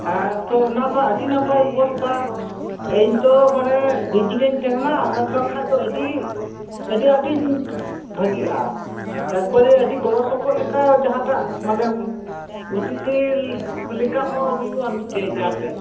ᱦᱮᱸ ᱛᱚ ᱚᱱᱟ ᱛᱚ ᱟᱹᱰᱤ ᱱᱟᱯᱟᱭ ᱵᱮᱵᱚᱥᱛᱟ ᱤᱧ ᱛᱚ ᱢᱟᱱᱮ ᱵᱤᱡᱤ ᱨᱤᱧ ᱛᱟᱦᱮᱸᱱᱟ ᱚᱱᱟᱛᱮ ᱠᱷᱟᱡ ᱫᱚ ᱟ ᱰᱤ ᱟ ᱰᱤ ᱟᱸᱴᱤᱧ ᱵᱷᱟ ᱜᱤᱜᱼᱟ ᱮᱠᱵᱟ ᱨᱤ ᱟ ᱰᱤ ᱜᱚᱲᱚ ᱥᱚᱯᱚᱦᱚᱫ ᱞᱮᱠᱟ ᱡᱟᱦᱟᱸᱴᱟᱜ ᱢᱟᱱᱮᱢ ᱚᱛᱤᱛᱷᱤ ᱞᱮᱠᱟᱦᱚᱸ ᱦᱩᱭᱩᱜ ᱟ ᱢᱤᱫᱴᱮᱡ ᱡᱟᱦᱟᱸᱴᱮᱡ